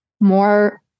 more